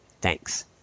Thanks